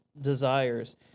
desires